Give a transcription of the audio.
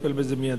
שיטפל בזה מיידית.